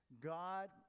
God